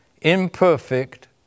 imperfect